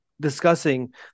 discussing